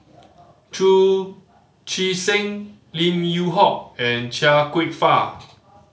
Chu Chee Seng Lim Yew Hock and Chia Kwek Fah